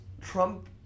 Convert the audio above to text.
Trump